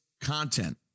content